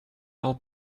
will